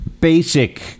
basic